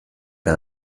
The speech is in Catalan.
que